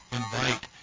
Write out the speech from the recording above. invite